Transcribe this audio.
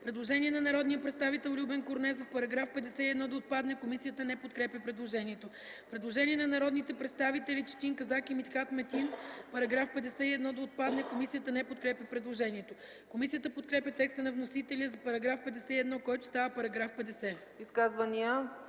Предложение на народния представител Любен Корнезов –§ 51 да отпадне. Комисията не подкрепя предложението. Предложение на народните представители Четин Казак и Митхат Метин –§ 51 да отпадне. Комисията не подкрепя предложението. Комисията подкрепя текста на вносителя за § 51, който става § 50.